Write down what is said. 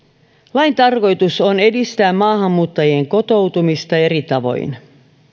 lain tarkoitus on edistää maahanmuuttajien kotoutumista eri tavoin